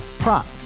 Prop